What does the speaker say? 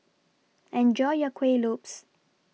Enjoy your Kuih Lopes